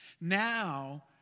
Now